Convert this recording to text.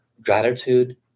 gratitude